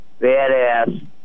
badass